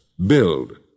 Build